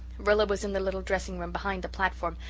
rilla was in the little dressing-room behind the platform,